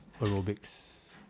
aerobics